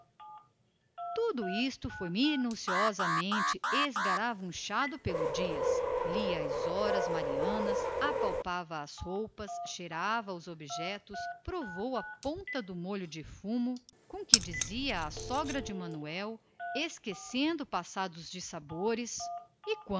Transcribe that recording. tudo isso foi minuciosamente esmerilhado pelo dias leu as horas marianas apalpou as roupas de maria bárbara provou a ponta do molho do fumo com que esta espairecia os passados dissabores